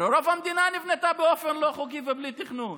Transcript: הרי רוב המדינה נבנתה באופן לא חוקי ובלי תכנון.